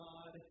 God